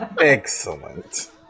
Excellent